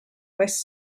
west